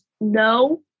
No